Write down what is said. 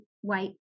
white